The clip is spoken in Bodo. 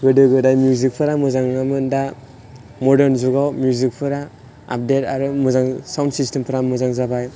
गोदो गोदाय मिउजिकफोरा मोजां नङामोन दा मडार्न जुगाव मिउजिकफोरा आपडेट आरो मोजां साउन्ड सिस्टेमफोरा मोजां जाबाय